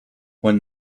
when